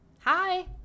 Hi